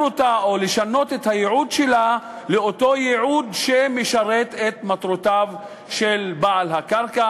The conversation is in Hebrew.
אותה או לשנות את הייעוד שלה לאותו ייעוד שמשרת את מטרותיו של בעל הקרקע,